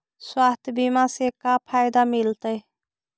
स्वास्थ्य बीमा से का फायदा मिलतै?